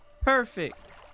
Perfect